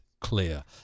clear